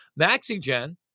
maxigen